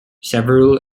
several